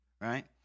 Right